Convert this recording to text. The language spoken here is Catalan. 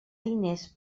diners